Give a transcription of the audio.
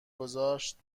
گذاشت